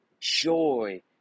joy